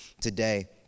today